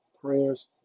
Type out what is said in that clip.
prayers